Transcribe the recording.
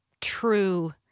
true